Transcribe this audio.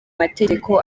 mategeko